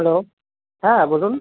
hello হ্যাঁ বলুন